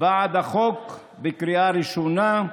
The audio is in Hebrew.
בעד החוק בקריאה ראשונה,